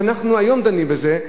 שאנחנו היום דנים בזה,